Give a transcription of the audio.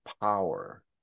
power